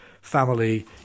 family